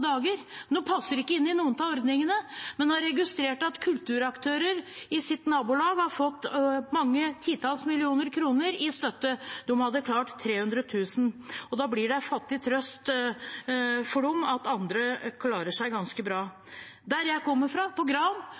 dager. De passer ikke inn i noen av ordningene, men har registrert at kulturaktører i deres nabolag har fått mange titall millioner kroner i støtte. De har betalt 300 000 kr. Da blir det en fattig trøst for dem at andre klarer seg ganske bra. Der jeg kommer fra,